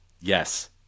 yes